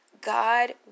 God